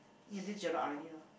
eat until Jelat already lor